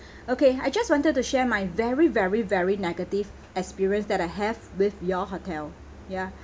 okay I just wanted to share my very very very negative experience that I have with your hotel ya